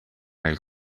nel